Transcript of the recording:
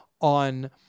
on